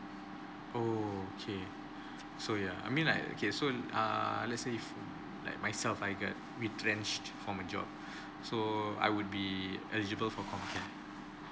okay so yeah I mean like okay so err let's say if like myself I get retrenched for my job so I would be eligible for com care